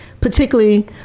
particularly